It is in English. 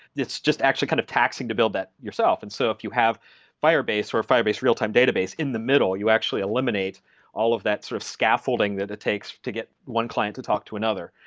it's just actually kind of taxing to build that yourself, and so if you have firebase or firebase real-time real-time database in the middle, you actually eliminate all of that sort of scaffolding that it takes to get one client to talk to another.